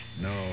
No